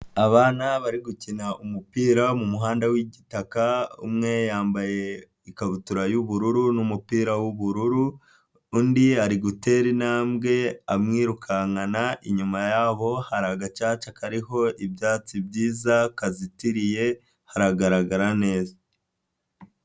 Abana bari gukina umupira mu muhanda w'igitaka umwe yambaye ikabutura y'ubururu n'umupira w'ubururu, undi ari gutera intambwe amwirukankana inyuma yaho hari agacaca kariho ibyatsi byiza kazitiriye, haragaragara neza.